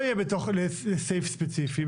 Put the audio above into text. וזה לא יהיה בתוך סעיף ספציפי.